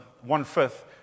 one-fifth